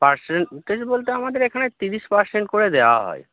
percentage বলতে আমাদের এখানে তিরিশ পারসেন্ট করে দেওয়া হয়